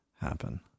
happen